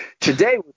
Today